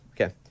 Okay